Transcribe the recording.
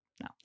no